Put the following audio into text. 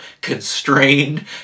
constrained